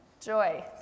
joy